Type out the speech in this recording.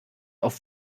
auf